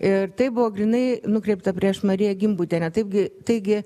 ir tai buvo grynai nukreipta prieš mariją gimbutienę taipgi taigi